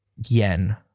yen